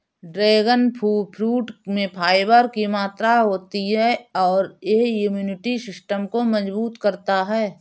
dragon fruit में fibre की मात्रा होती है और यह इम्यूनिटी सिस्टम को मजबूत करता है